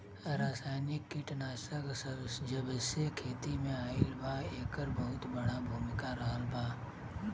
रासायनिक कीटनाशक जबसे खेती में आईल बा येकर बहुत बड़ा भूमिका रहलबा